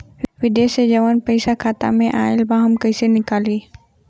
विदेश से जवन पैसा खाता में आईल बा हम कईसे निकाली?